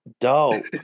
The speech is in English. Dope